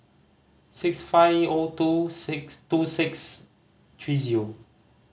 six five O two six two six three zero